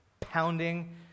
pounding